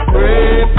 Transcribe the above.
Pray